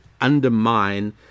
undermine